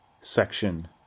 section